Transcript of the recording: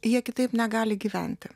jie kitaip negali gyventi